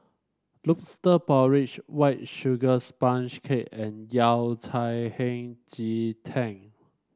lobster porridge White Sugar Sponge Cake and Yao Cai Hei Ji Tang